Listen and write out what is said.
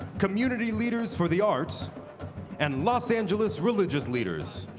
community leaders for the arts and los angeles religious leaders.